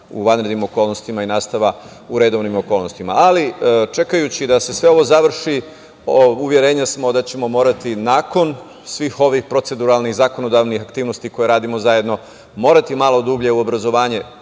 u vanrednim okolnostima i nastava u redovnom okolnostima. Čekajući da se sve ovo završi, uverenja smo da ćemo morati nakon svih ovih proceduralnih, zakonodavnih aktivnosti koje radimo zajedno, malo dublje u obrazovanje,